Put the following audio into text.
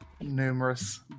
Numerous